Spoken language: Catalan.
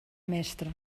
mestre